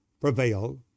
prevail